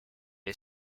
est